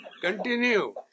Continue